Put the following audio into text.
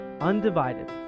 undivided